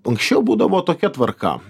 anksčiau būdavo tokia tvarka